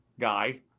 guy